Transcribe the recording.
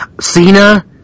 Cena